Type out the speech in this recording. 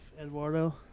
Eduardo